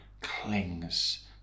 clings